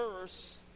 verse